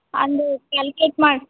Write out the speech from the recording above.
ಅಂದರೆ ಕ್ಯಾಲ್ಕೇಟ್ ಮಾಡಿ